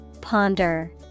Ponder